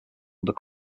under